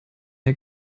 der